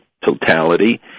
totality